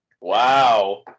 Wow